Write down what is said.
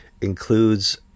includes